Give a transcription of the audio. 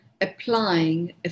applying